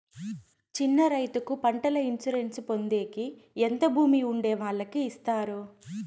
చిన్న రైతుకు పంటల ఇన్సూరెన్సు పొందేకి ఎంత భూమి ఉండే వాళ్ళకి ఇస్తారు?